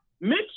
Mitch